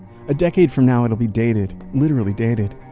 a decade from now, it'll be dated, literally dated.